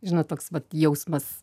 žinot toks vat jausmas